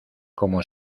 como